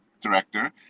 director